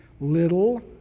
little